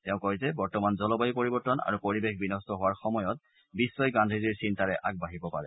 তেওঁ কয় যে বৰ্তমান জলবায়ু পৰিৱৰ্তন আৰু পৰিৱেশ বিন্ট হোৱাৰ সময়ত বিশ্বই গান্ধীজীৰ চিন্তাৰে আগবাঢ়িব পাৰে